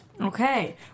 Okay